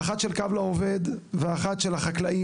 האחת של קו לעובד, ואחת של החקלאים.